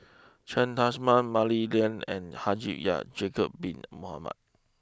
Cheng Tsang Man Mah Li Lian and Haji Ya'Jacob Bin Mohamed